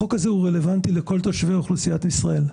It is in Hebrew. החוק הזה רלוונטי לכל אוכלוסיית ישראל,